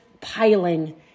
piling